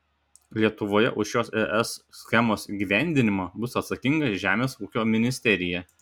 lietuvoje už šios es schemos įgyvendinimą bus atsakinga žemės ūkio ministerija